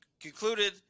concluded